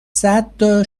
صدتا